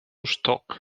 estoque